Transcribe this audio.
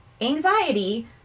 anxiety